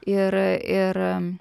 ir ir